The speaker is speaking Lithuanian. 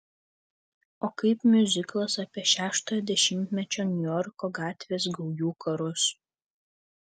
o kaip miuziklas apie šeštojo dešimtmečio niujorko gatvės gaujų karus